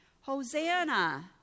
hosanna